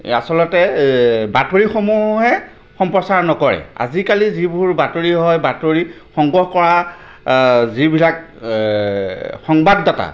আচলতে বাতৰিসমূহে সম্প্ৰচাৰ নকৰে আজিকালি যিবোৰ বাতৰি হয় বাতৰি সংগ্ৰহ কৰা যিবিলাক সংবাদদাতা